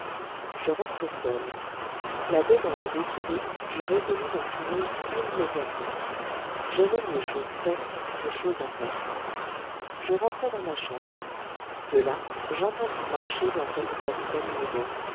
je restai seul la demande décidée je résolus d'en finir immédiatement j'aime mieux chose faite que chose à faire je rentrai dans ma chambre de là j'entendis marcher dans celle du capitaine nemo